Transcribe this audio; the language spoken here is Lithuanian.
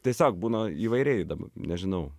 tiesiog būna įvairiai dab nežinau